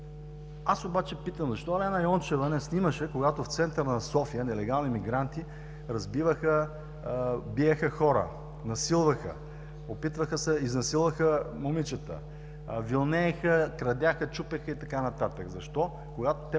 Аз обаче питам защо Елена Йончева не снимаше, когато в центъра на София нелегални имигранти разбиваха, биеха хора, насилваха, изнасилваха момичета, вилнееха, крадяха, чупеха и така